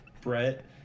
brett